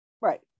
right